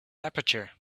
aperture